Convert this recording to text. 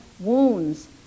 wounds